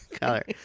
color